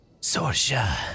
Sorsha